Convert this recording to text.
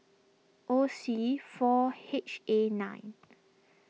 O C four H A nine